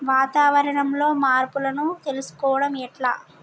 వాతావరణంలో మార్పులను తెలుసుకోవడం ఎట్ల?